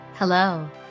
Hello